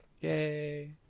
Yay